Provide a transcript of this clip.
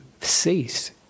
cease